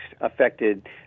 affected